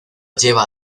lleva